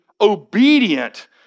obedient